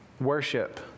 worship